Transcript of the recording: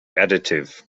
additive